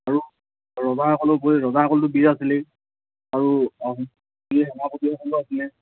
আৰু ৰজাসকলৰ উপৰিও ৰজাসকলটো বীৰ আছিলেই আৰু বীৰ সেনাপতিসকলো আছিলে